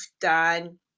done